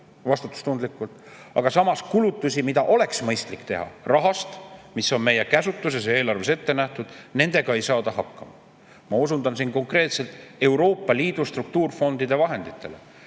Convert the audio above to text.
ja mõistlik hoiduda, aga samas kulutustega, mida oleks mõistlik teha rahast, mis on meie käsutuses ja mis on eelarves ette nähtud, ei saada hakkama. Ma osundan siin konkreetselt Euroopa Liidu struktuurifondide vahenditele.